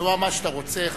תאמר מה שאתה רוצה.